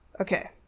Okay